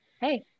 hey